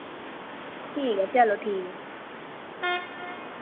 ठीक ऐ चलो ठीक ऐ